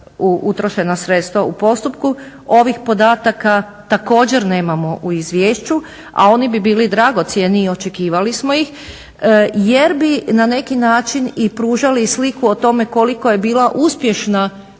utrošena sredstva u postupku. Ovih podataka također nemamo u izvješću a oni bi bili dragocjeni i očekivali smo ih jer bi na neki način i pružali sliku o tome koliko je bila uspješna